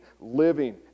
living